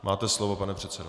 Máte slovo, pane předsedo.